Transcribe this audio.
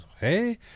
Hey